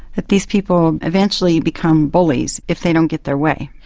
that these people eventually become bullies if they don't get their way.